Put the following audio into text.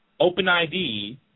OpenID